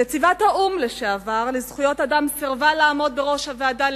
נציבת האו"ם לזכויות אדם לשעבר סירבה לעמוד בראש הוועדה.